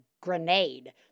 grenade